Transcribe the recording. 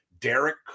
Derek